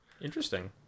interesting